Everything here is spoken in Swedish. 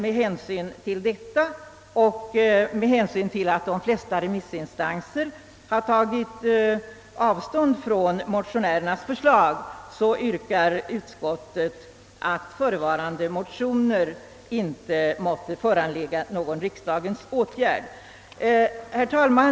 Med hänsyn till detta och till att de flesta remissinstanser har tagit avstånd från motionärernas förslag yrkar utskottet att förevarande motioner icke måtte föranleda någon riksdagens åtgärd. Herr talman!